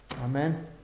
Amen